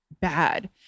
bad